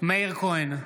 מאיר כהן,